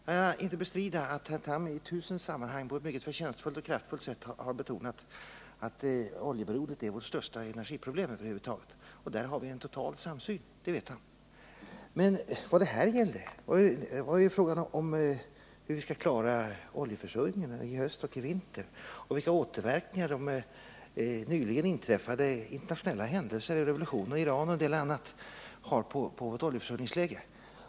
Jag vill inte bestrida att herr Tham i tusen sammanhang på ett mycket förtjänstfullt och kraftfullt sätt har betonat att oljeberoendet är vårt största energiproblem över huvud taget. Där har vi en total samsyn, och det vet herr Tham. Men här gäller det ju hur vi skall klara oljeförsörjningen i höst och i vinter och vilka återverkningar de nyligen inträffade internationella händelserna — revolutionen i Iran och en del annat — har på vårt oljeförsörjningsläge.